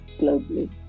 globally